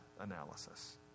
analysis